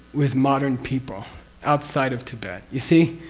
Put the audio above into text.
with modern people outside of tibet, you see?